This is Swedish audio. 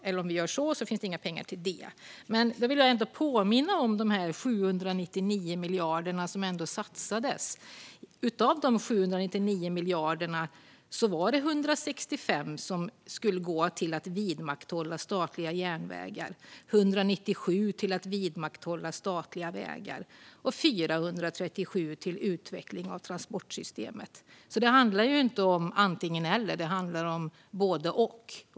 Då vill jag ändå påminna om de 799 miljarder som ändå satsades. Av de 799 miljarderna skulle 165 miljarder gå till att vidmakthålla statliga järnvägar, 197 miljarder till att vidmakthålla statliga vägar och 437 miljarder till utveckling av transportsystemet. Det handlar alltså inte om antingen eller; det handlar om både och.